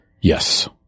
Yes